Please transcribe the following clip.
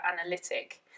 analytic